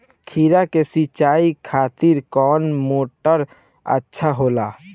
खीरा के सिचाई खातिर कौन मोटर अच्छा होला?